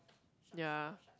ya